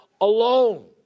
alone